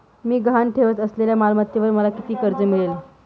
मी गहाण ठेवत असलेल्या मालमत्तेवर मला किती कर्ज मिळेल?